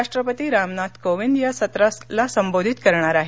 राष्ट्रपती रामनाथ कोविंद या सत्राला संबोधित करणार आहेत